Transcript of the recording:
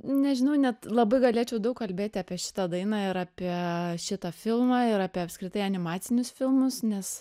nežinau net labai galėčiau daug kalbėti apie šitą dainą ir apie šitą filmą ir apie apskritai animacinius filmus nes